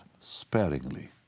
sparingly